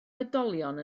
oedolion